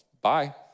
bye